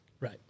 Right